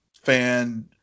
fan